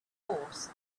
force